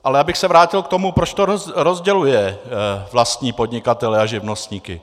Ale abych se vrátil k tomu, proč to rozděluje vlastní podnikatele a živnostníky.